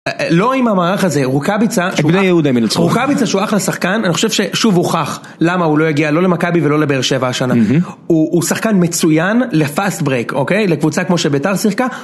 לא עם המערך הזה, רוקביצה, שהוא אח לשחקן, אני חושב ששוב הוכח למה הוא לא הגיע לא למכבי ולא לבאר שבע השנה הוא שחקן מצוין לפאסט ברייק, אוקיי? לקבוצה כמו שבתר שיחקה